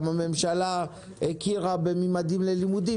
גם הממשלה הכירה ב'ממדים ללימודים',